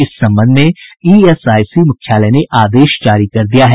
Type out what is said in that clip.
इस संबंध में ईएसआईसी मुख्यालय ने आदेश जारी कर दिया है